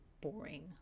boring